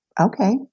okay